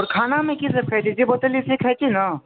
आओर खानामे कीसभ खाय छी जे बतेने छी खाइ छियै न